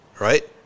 right